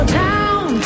down